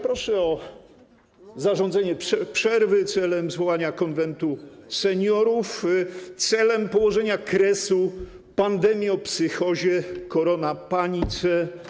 Proszę o zarządzenie przerwy celem zwołania Konwentu Seniorów celem położenia kresu pandemiopsychozie, koronapanice.